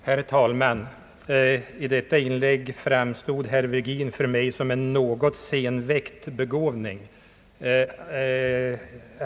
Herr talman! I detta inlägg framstod herr Virgin för mig som en något senväckt begåvning.